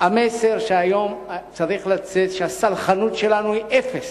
המסר שצריך לצאת היום הוא שהסלחנות שלנו היא אפס